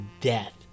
death